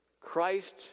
Christ